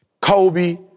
Kobe